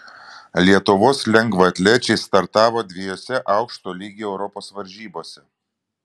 lietuvos lengvaatlečiai startavo dviejose aukšto lygio europos varžybose